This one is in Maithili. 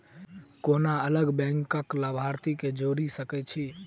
कोना अलग बैंकक लाभार्थी केँ जोड़ी सकैत छी?